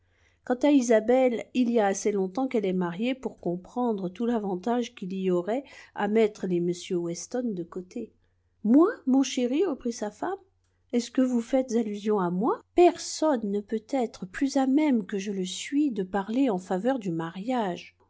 quant à isabelle il y a assez longtemps qu'elle est mariée pour comprendre tout l'avantage qu'il y aurait à mettre les mm weston de côté moi mon chéri reprit sa femme est-ce que vous faites allusion à moi personne ne peut être plus à même que je le suis de parler en faveur du mariage